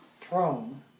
throne